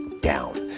down